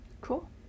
Cool